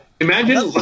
Imagine